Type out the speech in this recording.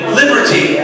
liberty